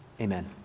Amen